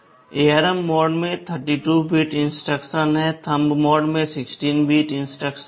ARM mode में 32 bit इंस्ट्रक्शनहैं thumb mode में 16 बिट इंस्ट्रक्शनहैं